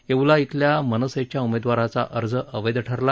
येवला खिल्या मनसेच्या उमेदवाराचा अर्ज अवैध ठरला